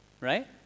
right